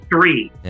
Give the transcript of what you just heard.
three